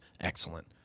excellent